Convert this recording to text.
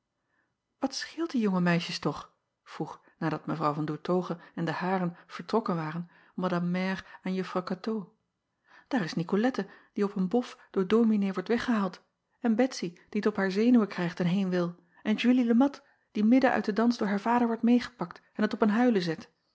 at scheelt die jonge meisjes toch vroeg nadat w an oertoghe en de haren vertrokken waren madame mère aan uffrouw atoo daar is icolette die op een bof door ominee wordt weggehaald en etsy die t op haar zenuwen krijgt en heen wil en ulie e at die midden uit den dans door haar vader wordt meêgepakt en het op een huilen zet